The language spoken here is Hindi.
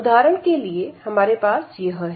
उदाहरण के लिए हमारे पास यह है